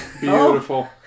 Beautiful